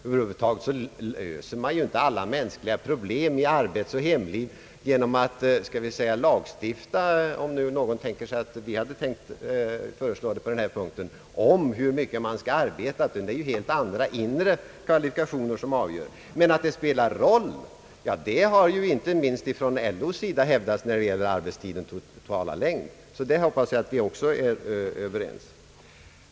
Över huvud taget löser man inte alla mänskliga problem i arbetsoch hemliv genom att så att säga lagstifta, om nu någon tänker sig att vi hade ämnat föreslå något sådant på denna punkt. Det är ju helt andra inre kvalifikationer som avgör hur mycket man skall arbeta. Men att arbetstidens totala längd spelar en betydande roll har hävdats inte minst från LO.